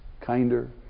kinder